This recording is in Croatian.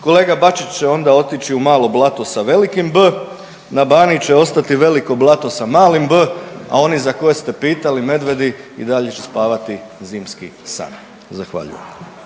Kolega Bačić će onda otići u malo Blato sa velikim B, na Baniji će ostati veliko blato sa malim b, a oni za koje ste pitali medvedi i dalje će spavati zimski san. Zahvaljujem.